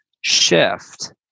shift